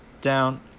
Down